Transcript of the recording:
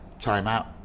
time-out